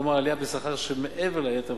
כלומר העלייה בשכר שמעבר לעליית המחירים,